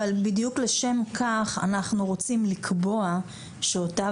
אבל בדיוק לשם כך אנחנו רוצים לקבוע שאותה